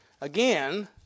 again